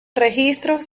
registros